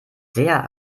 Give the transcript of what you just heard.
sehr